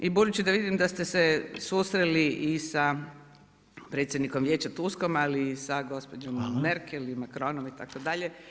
I budući da vidim, da ste se susreli i sa predsjednikom Vijeća Tulskom ali i sa gospođom Merkel i Macronom itd.